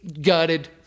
gutted